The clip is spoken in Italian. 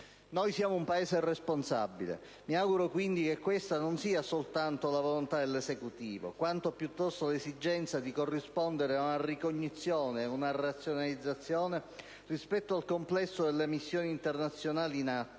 Noi siamo un Paese responsabile; mi auguro quindi che questa non sia soltanto la volontà dell'Esecutivo, quanto piuttosto l'esigenza di corrispondere ad una ricognizione e ad una razionalizzazione rispetto al complesso delle missioni internazionali in atto,